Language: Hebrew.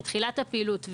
בתחילת הפעילות,